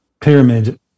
Pyramid